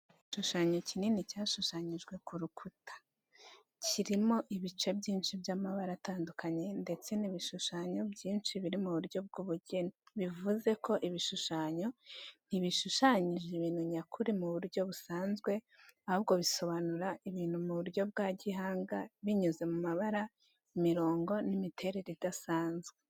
Igishushanyo kinini cyashushanyijwe ku rukuta. Kirimo ibice byinshi by’amabara atandukanye ndetse n’ibishushanyo byinshi biri mu buryo bw'ubugeni, bivuze ko ibishushanyo ntibishushanyije ibintu nyakuri mu buryo busanzwe, ahubwo bisobanura ibintu mu buryo bwa gihanga, binyuze mu mabara, imirongo, n'imiterere idasanzwe.